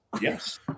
Yes